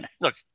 Look